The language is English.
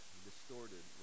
distorted